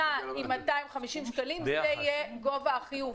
עולה 250 שקלים זה יהיה גובה החיוב,